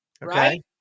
right